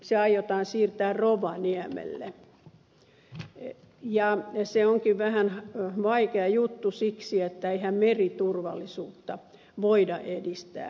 se aiotaan siirtää rovaniemelle ja se onkin vähän vaikea juttu siksi että eihän meriturvallisuutta voida edistää rovaniemeltä käsin